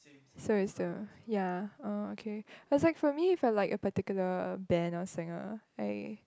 so it's the ya oh okay but like for me it's like particular band or singer lay